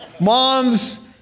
Mom's